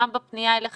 גם בפנייה אליכם,